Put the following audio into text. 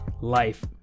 Life